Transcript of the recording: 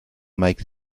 make